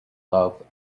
love